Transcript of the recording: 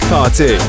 Party